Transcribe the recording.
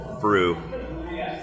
brew